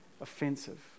offensive